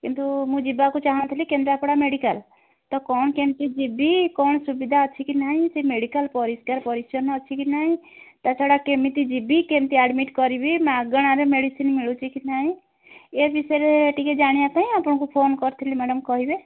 କିନ୍ତୁ ମୁଁ ଯିବାକୁ ଚାହୁଁଥିଲି କେନ୍ଦ୍ରାପଡ଼ା ମେଡ଼ିକାଲ୍ ତ କ'ଣ କେମିତି ଯିବି କ'ଣ ସୁବିଧା ଅଛି କି ନାହିଁ ସେ ମେଡ଼ିକାଲ୍ ପରିଷ୍କାର ପରିଛନ୍ନ ଅଛି କି ନାହିଁ ତା ଛଡ଼ା କେମିତି ଯିବି କେମିତି ଆଡ଼୍ମିଟ୍ କରିବି ମାଗଣାରେ ମେଡ଼ିସିନ୍ ମିଳୁଛି କି ନାହିଁ ଏ ବିଷୟରେ ଟିକିଏ ଜାଣିବା ପାଇଁ ଆପଣଙ୍କୁ ଫୋନ୍ କରିଥିଲି ମ୍ୟାଡ଼ାମ୍ କହିବେ